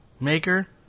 maker